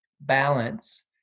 balance